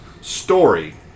Story